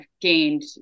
gained